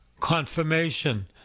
confirmation